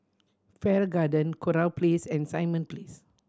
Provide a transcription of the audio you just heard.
Farrer Garden Kurau Place and Simon Place